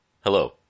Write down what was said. hello